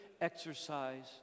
exercise